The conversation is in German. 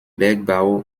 bergbau